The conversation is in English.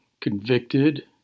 convicted